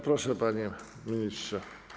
Proszę, panie ministrze.